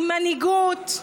עם מנהיגות,